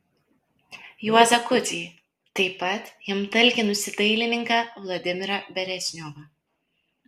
juozą kudzį taip pat jam talkinusį dailininką vladimirą beresniovą